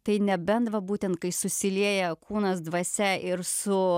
tai ne bent va būtent kai susilieja kūnas dvasia ir su